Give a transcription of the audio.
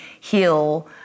heal